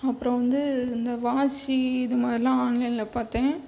அப்புறம் வந்து இந்த வாட்ச்சு இது மாதிரிலாம் ஆன்லைனில் பார்த்தேன்